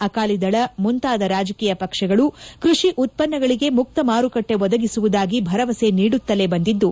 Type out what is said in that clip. ಅಕಾಲಿದಳ ಮುಂತಾದ ರಾಜಕೀಯ ಪಕ್ಷಗಳು ಕೃಷಿ ಉತ್ವನ್ನಗಳಗೆ ಮುಕ್ತ ಮಾರುಕಟ್ಟೆ ಒದಗಿಸುವುದಾಗಿ ಭರವಸೆ ನೀಡುತ್ತಲೇ ಬಂದಿದ್ದು